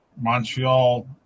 Montreal